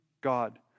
God